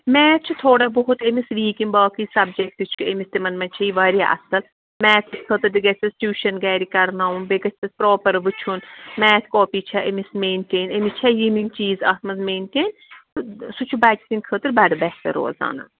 math چھِ تھوڑا بہت أمِس ویٖک یِم باقٕے سَبجَکٹ چھِ أمِس تِمَن منٛز چھے یہِ واریاہ اَصٕل میتھس خٲطرٕ تہِ گژھٮ۪س ٹیوٗشَن گَرِ کَرناوُن بیٚیہِ گژھٮ۪س پرٛاپَر وچھُن میتھ کاپی چھےٚ أمِس مینٹین أمِس چھَ یِم یِم چیٖز اَتھ منٛز مینٹین تہٕ سُہ چھُ بَچہِ سٕنٛدۍ خٲطرٕ بَڑٕ بہتر روزان نَن